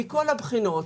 מכל הבחינות.